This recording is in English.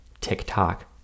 TikTok